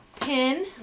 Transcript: pin